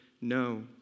No